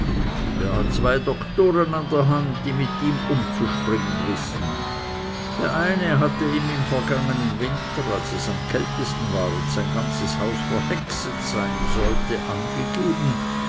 der hat zwei doktoren an der hand die mit ihm umzuspringen wissen der eine hatte ihm im vergangenen winter als es am kältesten war und sein ganzes haus verhext sein sollte angegeben